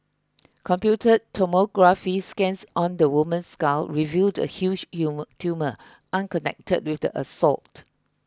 computed tomography scans on the woman's skull revealed a huge tumour unconnected with the assault